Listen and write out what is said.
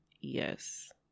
Yes